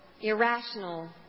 irrational